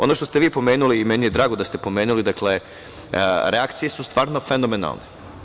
Ono što ste vi pomenuli, i meni je drago da ste pomenuli, dakle, reakcije su stvarno fenomenalne.